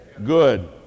good